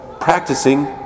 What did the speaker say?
practicing